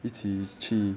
一起去